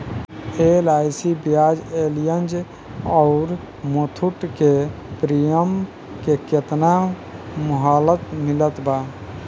LIC Bajaj Allianz आउर मुथूट के premium के केतना मुहलत मिलल बा?